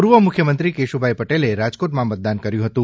પૂર્વ મુખ્યમંત્રીશ્રી કેશુભાઇ પટેલે રાજકોટમાં મતદાન કર્યું હતું